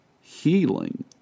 healing